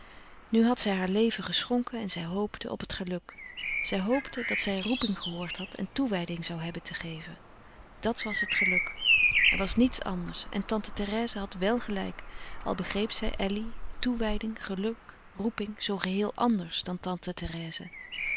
nu had zij haar leven geschonken en zij hoopte op het geluk zij hoopte dat zij roeping gehoord had en toewijding zoû hebben te geven dat was het geluk er was nièts anders en tante therèse had wèl gelijk al begreep zij elly toewijding geluk roeping zoo geheel anders dan tante